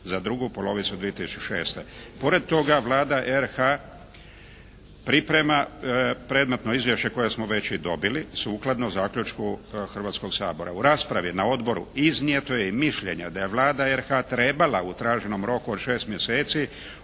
za drugu polovicu 2006. Pored toga, Vlada RH priprema predmetno izvješće koje smo već i dobili sukladno zaključku Hrvatskog sabora. U raspravi na odboru iznijeto je i mišljenje da je Vlada RH trebala u traženom roku od 6 mjeseci